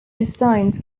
designs